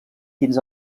fins